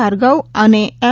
ભાર્ગવ અને એમ